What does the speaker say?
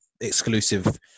exclusive